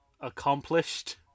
accomplished